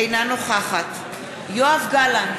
אינה נוכחת יואב גלנט,